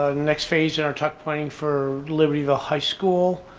ah next phase in our tuck pointing for libertyville high school.